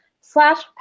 slash